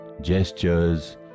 gestures